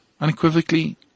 unequivocally